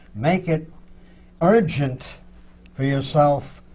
make it urgent for yourself.